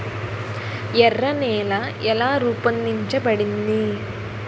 ఎర్ర నేల ఎలా రూపొందించబడింది?